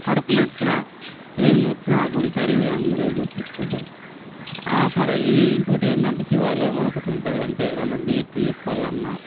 కడపునొచ్చినా ఏం నొచ్చినా ఆ గుడికాడికి పోయి అందరు ఇవి చెప్పించుకుంటారు సరే ఈ ఇది ఇంకోటేంటంటే శివాలయం అని ఒకటి ఉంటుంది అంటే ఏదైనా డేట్లు చెప్పాలన్నా